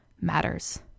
matters